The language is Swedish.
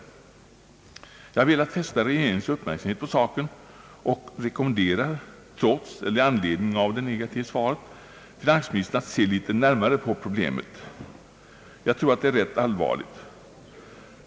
Jag har velat fästa regeringens uppmärksamhet på saken och rekommenderar — trots eller i anledning av det negativa svaret — statsrådet att se litet närmare på problemet. Jag tror att det är rätt allvarligt.